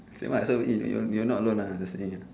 same ah so if you in you you not alone uh listening uh